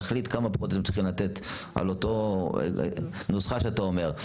נחליט כמה --- צריכים לתת על אותה נוסחה שאתה אומר,